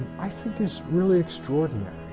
i think is really extraordinary.